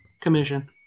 commission